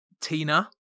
Tina